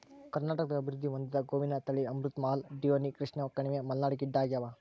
ಕರ್ನಾಟಕದಾಗ ಅಭಿವೃದ್ಧಿ ಹೊಂದಿದ ಗೋವಿನ ತಳಿ ಅಮೃತ್ ಮಹಲ್ ಡಿಯೋನಿ ಕೃಷ್ಣಕಣಿವೆ ಮಲ್ನಾಡ್ ಗಿಡ್ಡಆಗ್ಯಾವ